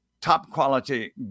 top-quality